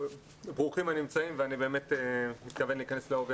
ברוכים הנמצאים ואני באמת מתכוון להכנס לעובי